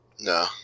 No